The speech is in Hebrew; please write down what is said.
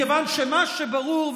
מכיוון שמה שברור,